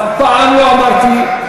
אף פעם לא אמרתי,